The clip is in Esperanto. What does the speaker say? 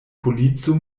polico